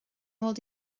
bhfuil